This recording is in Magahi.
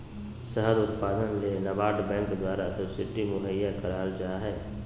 शहद उत्पादन ले नाबार्ड बैंक द्वारा सब्सिडी मुहैया कराल जा हय